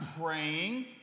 praying